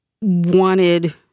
wanted